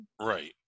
right